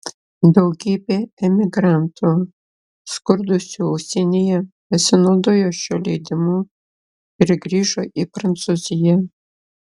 daugybė emigrantų skurdusių užsienyje pasinaudojo šiuo leidimu ir grįžo į prancūziją